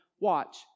watch